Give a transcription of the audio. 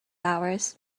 hours